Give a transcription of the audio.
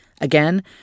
Again